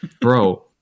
bro